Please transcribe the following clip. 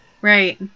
right